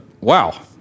wow